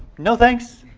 no thanks,